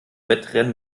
wettrennen